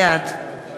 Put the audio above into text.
בעד